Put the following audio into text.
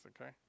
okay